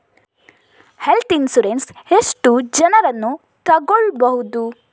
Health insurance ಎಷ್ಟು ಜನರನ್ನು ತಗೊಳ್ಬಹುದು?